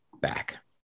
back